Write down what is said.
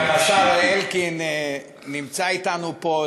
גם השר אלקין נמצא אתנו פה,